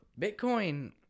Bitcoin